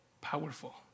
Powerful